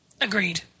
agreed